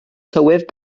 tywydd